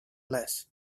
less